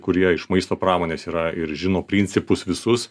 kurie iš maisto pramonės yra ir žino principus visus